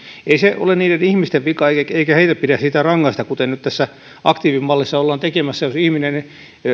ei se ole niiden ihmisten vika eikä eikä heitä pidä siitä rangaista kuten nyt tässä aktiivimallissa ollaan tekemässä jos ihminen